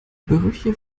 brüche